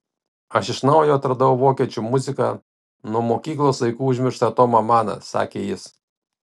aš iš naujo atradau vokiečių muziką nuo mokyklos laikų užmirštą tomą maną sakė jis